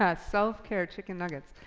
ah self-care, chicken nuggets.